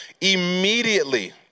Immediately